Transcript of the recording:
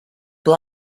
bly